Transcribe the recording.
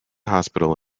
hospital